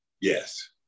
Yes